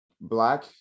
black